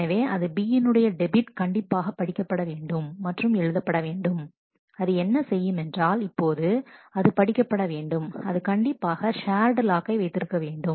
எனவே அது B யினுடைய டெபிட் கண்டிப்பாக படிக்க வேண்டும் மற்றும் எழுதப்படவேண்டும் அது என்ன செய்யும் என்றால் இப்போது அது படிக்க பட வேண்டும் அது கண்டிப்பாக ஷேர்டு லாக்கை வைத்திருக்க வேண்டும்